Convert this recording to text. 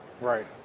Right